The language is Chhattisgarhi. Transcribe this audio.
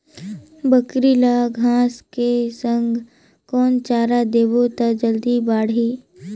बकरी ल घांस के संग कौन चारा देबो त जल्दी बढाही?